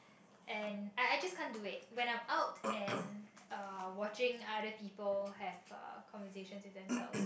and I I just can't do it when I'm out and watching other people have conversation with themselves